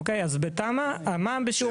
אוקיי, אז בתמ"א, המע"מ בשיעור אפס.